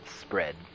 spread